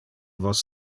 vos